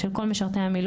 אלא של כל משרתי המילואים,